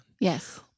yes